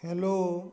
hello